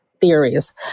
theories